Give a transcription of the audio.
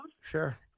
Sure